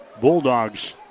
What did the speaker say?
Bulldogs